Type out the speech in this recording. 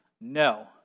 no